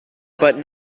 but